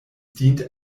dient